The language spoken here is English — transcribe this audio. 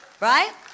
right